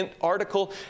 article